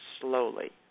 slowly